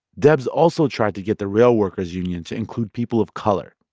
debs also tried to get the rail workers' union to include people of color.